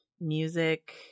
music